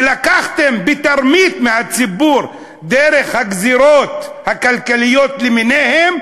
שלקחתם בתרמית מהציבור דרך הגזירות הכלכליות למיניהן,